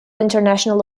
international